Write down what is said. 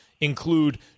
include